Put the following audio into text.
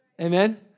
Amen